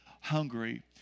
hungry